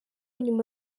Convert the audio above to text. nyuma